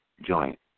joint